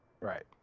Right